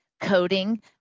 coding